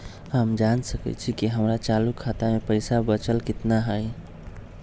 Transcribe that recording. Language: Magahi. हम जान सकई छी कि हमर चालू खाता में पइसा बचल कितना हई